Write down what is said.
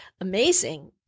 amazing